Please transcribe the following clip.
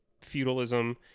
feudalism